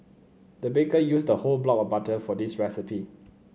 the baker used a whole block of butter for this recipe